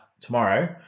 tomorrow